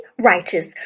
righteous